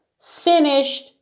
Finished